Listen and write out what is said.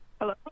hello